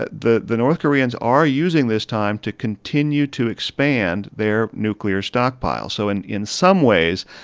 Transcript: ah the the north koreans are using this time to continue to expand their nuclear stockpile. so and in some ways,